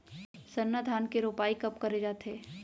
सरना धान के रोपाई कब करे जाथे?